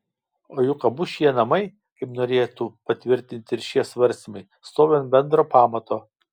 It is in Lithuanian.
o juk abu šie namai kaip norėtų patvirtinti ir šie svarstymai stovi ant bendro pamato